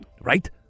Right